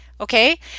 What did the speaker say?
okay